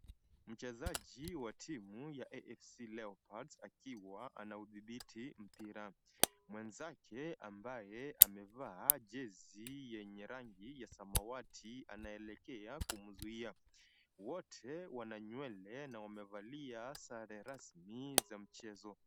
Mchezaji wa timu ya AFC Leopards akiwa anaudhibiti mpira. Mwenzake ambaye amevaa jezi yenye rangi ya samawati anaelekea kumzuia. Wote wana nywele na wamevalia sare rasmi za mchezo.